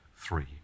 three